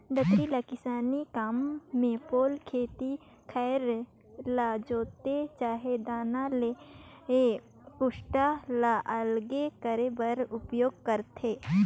दँतरी ल किसानी काम मे पोला खेत खाएर ल जोते चहे दाना ले कुसटा ल अलगे करे बर उपियोग करथे